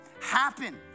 happen